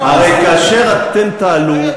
הרי כאשר אתם תעלו,